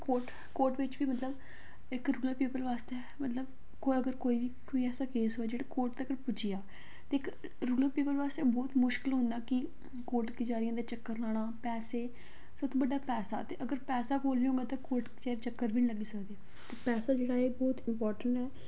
court बिच गै होंदा इक्क रपेऽ पेपर आस्तै अगर जियां कोई बी असें फेस जेह्की कोर्ट तक्क पुज्जी जा ते रूरल पीपुल आ मुश्कल बहुत होंदा कि कोर्ट कचैहरियां दे पैसे लाना ते सब तू बड्डा पैसा ते अगर पैसा निं होऐ ते कोर्ट कचैहरियें दे चक्कर बी निं लग्गी सकदे ते पैसा जेह्ड़ा ऐ बहुत इम्पार्टेंट ऐ आदमी आस्तै